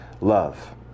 love